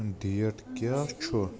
date کیٚاہ چھُ